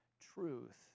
truth